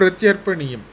प्रत्यर्पणीयम्